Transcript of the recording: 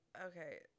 okay